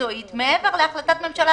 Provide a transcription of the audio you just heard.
מקצועית מעבר להחלטת ממשלה.